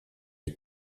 est